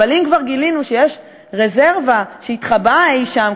אבל אם כבר גילינו שיש רזרבה שהתחבאה אי שם,